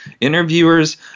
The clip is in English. Interviewers